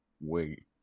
Wait